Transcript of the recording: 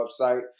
website